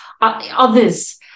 others